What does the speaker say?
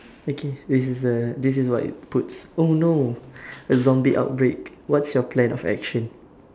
okay this is the this is what it puts oh no a zombie outbreak what's your plan of action